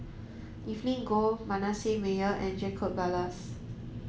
Evelyn Goh Manasseh Meyer and Jacob Ballas